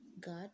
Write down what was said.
God